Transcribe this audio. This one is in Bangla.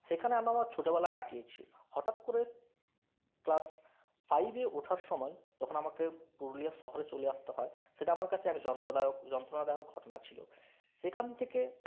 সেখানে আমি আমার ছোটোবেলা কাটিয়েছি হঠাৎ করে ক্লাস ফাইভে ওঠার সময় যখন আমাকে পুরুলিয়া শহরে চলে আসতে হয় সেটা আমার কাছে এক যন্ত্রদায়ক যন্ত্রণাদায়ক ঘটনা ছিল সেখান থেকে